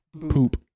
Poop